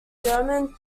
german